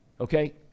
Okay